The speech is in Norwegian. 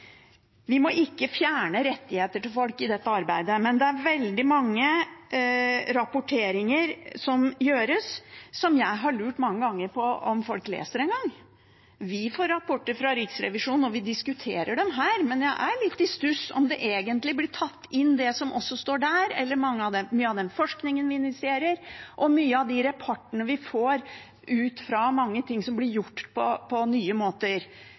folk i dette arbeidet. Det er veldig mange rapporteringer som gjøres, som jeg mange ganger har lurt på om folk leser. Vi får rapporter fra Riksrevisjonen, og vi diskuterer dem her, men jeg er litt i stuss om det egentlig blir tatt inn, det som står der, eller i mye av den forskningen vi initierer, og mange av de rapportene vi får om mange ting som blir gjort på nye måter.